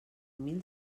mil